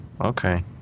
Okay